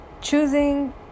choosing